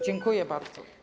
Dziękuję bardzo.